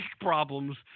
problems